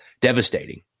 Devastating